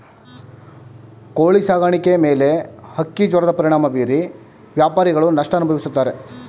ಕೋಳಿ ಸಾಕಾಣಿಕೆ ಮೇಲೆ ಹಕ್ಕಿಜ್ವರದ ಪರಿಣಾಮ ಬೀರಿ ವ್ಯಾಪಾರಿಗಳು ನಷ್ಟ ಅನುಭವಿಸುತ್ತಾರೆ